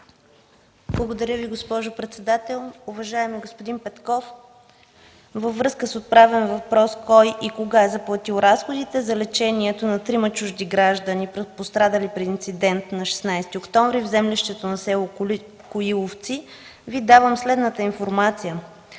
Благодаря Ви, госпожо председател. Уважаеми господин Петков, във връзка с отправен въпрос кой и кога е заплатил разходите за лечението на трима чужди граждани, пострадали при инцидент на 16 октомври в землището на село Коиловци, Ви давам следната информация.